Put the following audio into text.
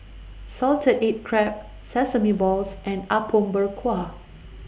Salted Egg Crab Sesame Balls and Apom Berkuah